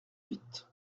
huit